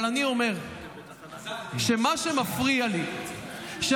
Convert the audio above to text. אבל אני אומר שמה שמפריע לי זה שאחרי